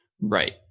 Right